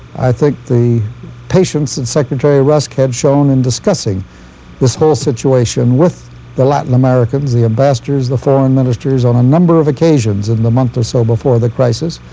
i think the patience that secretary rusk had shown in discussing this whole situation with the latin americans the ambassadors, the foreign ministers, on a number of occasions in the month or so before the crisis,